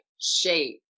shape